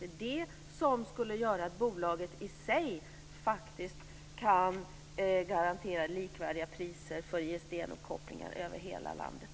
Det är det som skulle göra att bolaget i sig faktiskt kan garantera likvärdiga priser för ISDN-uppkopplingar över hela landet.